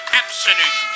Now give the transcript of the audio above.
absolute